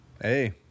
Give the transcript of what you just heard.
Hey